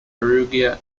perugia